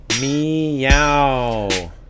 Meow